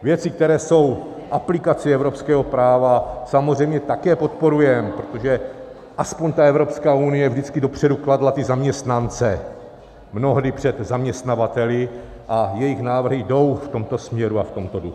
Věci, které jsou aplikací evropského práva, samozřejmě také podporujeme, protože aspoň Evropská unie vždycky dopředu kladla ty zaměstnance mnohdy před zaměstnavateli a jejich návrhy jdou v tomto směru a v tomto duchu.